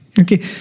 Okay